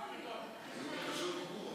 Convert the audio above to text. רשות דיבור.